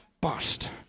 bust